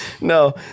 no